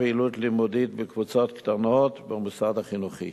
פעילות לימודית בקבוצות קטנות במוסד החינוכי.